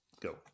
Go